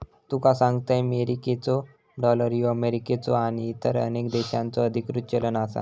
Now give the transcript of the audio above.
तुका सांगतंय, मेरिकेचो डॉलर ह्यो अमेरिकेचो आणि इतर अनेक देशांचो अधिकृत चलन आसा